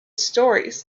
stories